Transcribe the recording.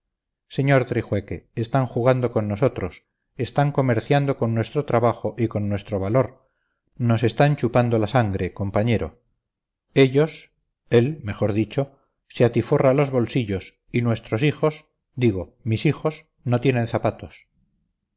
castrillo sr trijueque están jugando con nosotros están comerciando con nuestro trabajo y nuestro valor nos están chupando la sangre compañero ellos él mejor dicho se atiforra los bolsillos y nuestros hijos digo mis hijos no tienen zapatos